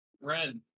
Red